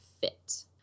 fit